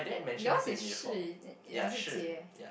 yours is Shi is it or is it Jie